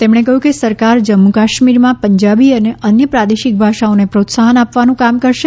તેમણે કહ્યું કે સરકાર જમ્મુ કાશ્મીરમાં પંજાબી અને અન્ય પ્રાદેશિક ભાષાઓને પ્રોત્સાફન આપવાનું કામ કરશે